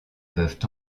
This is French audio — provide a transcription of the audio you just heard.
peuvent